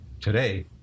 Today